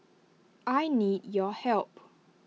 I need your help